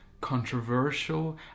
controversial